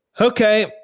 okay